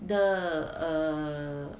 的 err